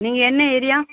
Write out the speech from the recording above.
நீங்கள் என்ன ஏரியா